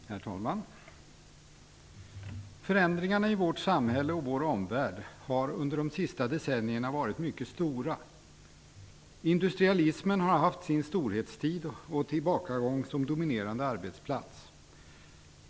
Herr talman! Förändringarna i vårt samhälle och i vår omvärld har under de senaste decennierna varit mycket stora. Industrialismen har haft sin storhetstid och tillbakagång som dominerande arbetsplats.